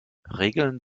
regeln